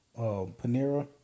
Panera